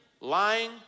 lying